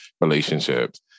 relationships